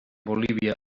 bolívia